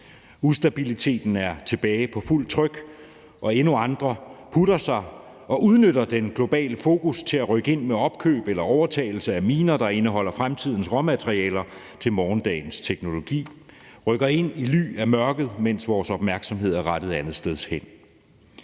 Ustabiliteten er tilbage på fuld tryk. Endnu andre putter sig og udnytter det globale fokus til at rykke ind med opkøb eller overtagelse af miner, der indeholder fremtidens råmaterialer til morgendagens teknologi; man rykker ind i ly af mørket, mens vores opmærksomhed er rettet andetsteds hen.